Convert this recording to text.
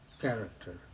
Character